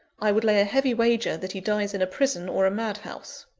i would lay a heavy wager that he dies in a prison or a madhouse.